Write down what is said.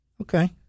okay